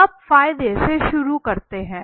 अब फायदे से शुरू करते हैं